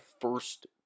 first